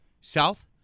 south